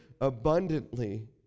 abundantly